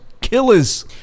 Killers